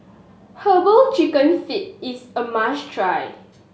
Herbal Chicken Feet is a must try